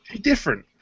different